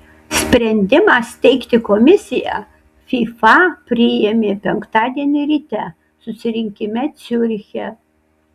sprendimą steigti komisiją fifa priėmė penktadienį ryte susirinkime ciuriche